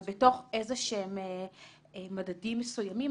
אבל בתוך איזה שהם מדדים מסוימים.